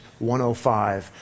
105